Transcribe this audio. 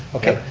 okay.